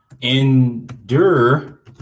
endure